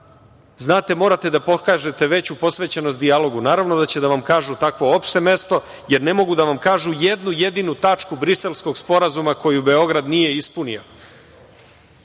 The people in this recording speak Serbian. znate, morate da pokažete veću posvećenost dijalogu, naravno da će da vam kažu takvo opšte mesto, jer ne mogu da vam kažu jednu jedinu tačku Briselskog sporazuma koju Beograd nije ispunio.